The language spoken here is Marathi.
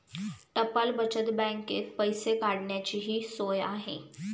टपाल बचत बँकेत पैसे काढण्याचीही सोय आहे